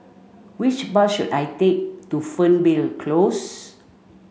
which bus should I take to Fernvale Close